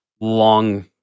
long